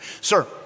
Sir